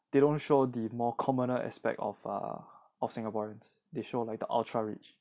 they don't show the more commoner aspect of uh of singaporeans they show like the ultra rich